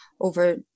over